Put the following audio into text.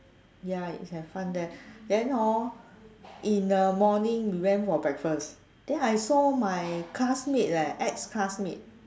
ya you have fun there then hor in the morning we went for breakfast then I saw my classmates leh ex classmate